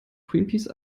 greenpeace